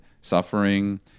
suffering